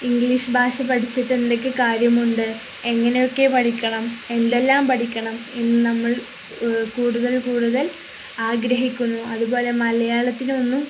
English ഭാഷ പഠിച്ചിട്ട് എന്തൊക്കെ കാര്യമുണ്ട് എങ്ങനെയൊക്കെ പഠിക്കണം എന്തെല്ലാം പഠിക്കണമെന്ന് നമ്മൾ കൂടുതൽ കൂടുതൽ ആഗ്രഹിക്കുന്നു അതുപോലെ മലയാളത്തിനൊന്നും